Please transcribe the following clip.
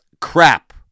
crap